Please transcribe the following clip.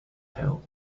hill